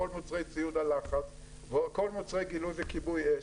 כל מוצרי ציוד ה- -- וכל מוצרי גילוי וכיבוי אש.